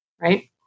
right